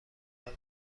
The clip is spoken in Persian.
قران